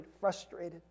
frustrated